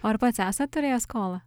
ar pats esat turėjęs skolą